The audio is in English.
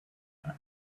time